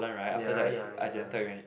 ya ya ya